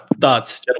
thoughts